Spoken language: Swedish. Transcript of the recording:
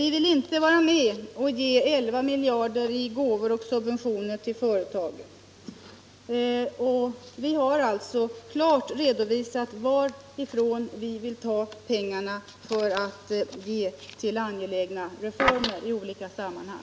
Vi vill inte vara med om att ge 11 miljarder i gåvor och subventioner till företagen. Vi har alltså klart redovisat varifrån vi vill ta pengarna till angelägna reformer på olika områden.